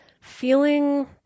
feeling